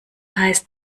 heißt